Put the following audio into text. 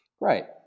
Right